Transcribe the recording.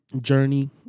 journey